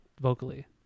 vocally